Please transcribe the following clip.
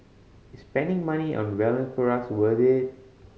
is spending money on wellness products worth it